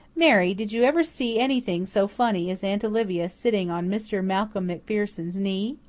mary, did you ever see anything so funny as aunt olivia sitting on mr. malcolm macpherson's' knee?